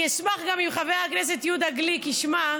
אני אשמח אם גם חבר הכנסת יהודה גליק ישמע,